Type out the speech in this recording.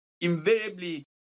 Invariably